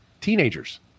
Teenagers